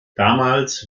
damals